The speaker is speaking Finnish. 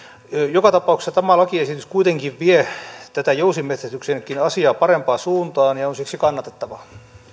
joka tapauksessa tämä lakiesitys kuitenkin vie tätä jousimetsästyksenkin asiaa parempaan suuntaan ja on siksi kannatettava